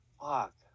Fuck